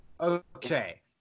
Okay